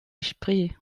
spree